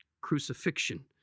crucifixion